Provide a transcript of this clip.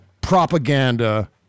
propaganda